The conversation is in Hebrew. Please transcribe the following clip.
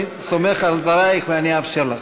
אני סומך על דברייך ואאפשר לך.